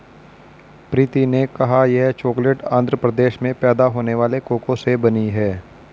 प्रीति ने कहा यह चॉकलेट आंध्र प्रदेश में पैदा होने वाले कोको से बनी है